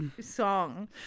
song